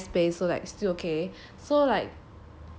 it was a nice place so like still okay so like